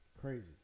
Crazy